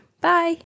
bye